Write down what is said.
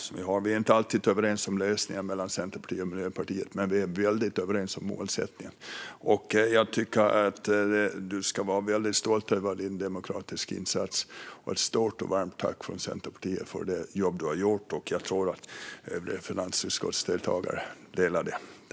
Centerpartiet och Miljöpartiet är inte alltid överens om lösningarna, men vi är väldigt överens om målsättningen. Jag tycker att du ska vara väldigt stolt över din demokratiska insats. Ett stort och varmt tack från Centerpartiet för det jobb du har gjort! Jag tror att övriga finansutskottsdeltagare delar detta.